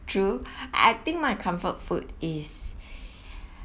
true I think my comfort food is